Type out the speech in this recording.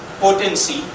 potency